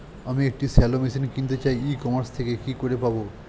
আমি একটি shallow machine কিনতে চাই ই কমার্স থেকে কি করে পাবো?